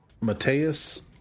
Mateus